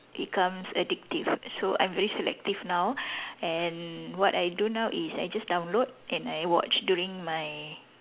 becomes addictive so I'm very selective now and what I do now is I just download and I watch during my